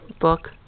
book